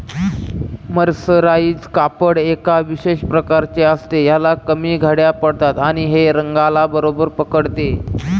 mercerise कापड एका विशेष प्रकारचे असते, ह्याला कमी घड्या पडतात आणि हे रंगाला बरोबर पकडते